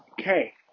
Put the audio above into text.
Okay